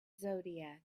zodiac